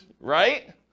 right